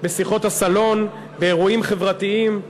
בשיחות סלון, באירועים חברתיים,